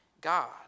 God